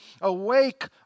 Awake